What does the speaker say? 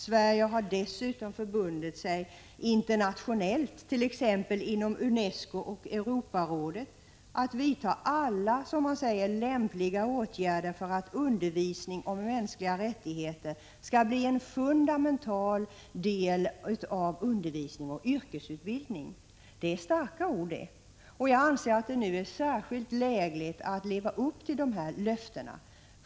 Sverige har dessutom förbundit sig internationellt, t.ex. inom UNESCO och Europarådet, att vidta alla, som man säger, lämpliga åtgärder för att undervisning om mänskliga rättigheter skall bli en fundamental del av undervisning och yrkesutbildning. Det är starka ord det! Jag anser att det nu är särskilt lägligt att leva upp till dessa löften.